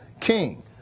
king